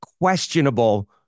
questionable